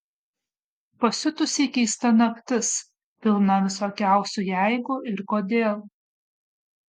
pasiutusiai keista naktis pilna visokiausių jeigu ir kodėl